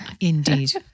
Indeed